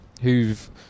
who've